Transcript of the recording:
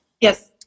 yes